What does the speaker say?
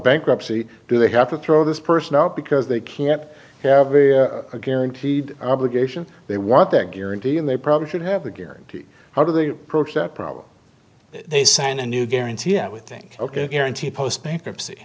bankruptcy do they have to throw this person out because they can't have a guaranteed obligation they want that guarantee and they probably should have a guarantee how do they approach that problem they sign a new guarantee i would think ok guarantee post